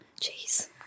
Jeez